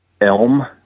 elm